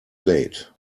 late